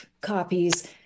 copies